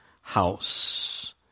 house